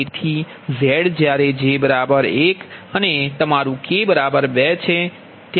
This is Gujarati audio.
તેથી Z જ્યારે j 1 અને તમારું k 2 છે બરાબર